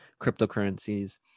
cryptocurrencies